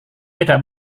tidak